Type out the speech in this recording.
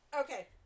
Okay